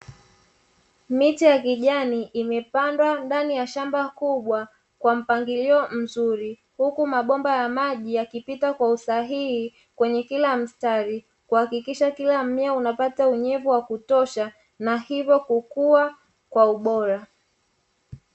Miche ya kijani imepandwa ndani ya shamba kubwa kwa mpangilio mzuri huku mabomba ya maji yakipita kwa usahihi kwenye kila mstari. Kuhakikisha kila mmea unapata unyevu wa kutosha na hivyo kukua kwa ubora.